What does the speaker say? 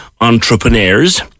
entrepreneurs